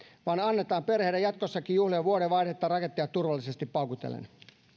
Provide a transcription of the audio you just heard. vaan annetaan perheiden jatkossakin juhlia vuodenvaihdetta raketteja turvallisesti paukutellen